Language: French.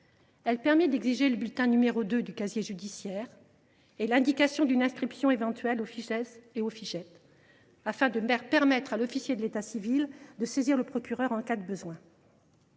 permettra d’exiger le bulletin n° 2 du casier judiciaire et l’indication d’une inscription éventuelle au Fijais ou au Fijait, afin de permettre à l’officier d’état civil de saisir le procureur en cas de besoin.